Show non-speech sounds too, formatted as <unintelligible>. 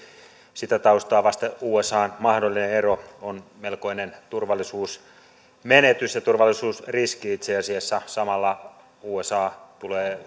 sitä taustaa vasten usan mahdollinen ero on melkoinen turvallisuusmenetys ja turvallisuusriski itse asiassa samalla usa tulee <unintelligible>